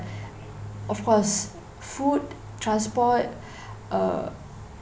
of course food transport err